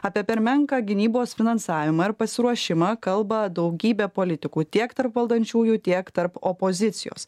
apie per menką gynybos finansavimą ir pasiruošimą kalba daugybė politikų tiek tarp valdančiųjų tiek tarp opozicijos